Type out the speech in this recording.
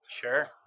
sure